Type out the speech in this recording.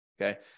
Okay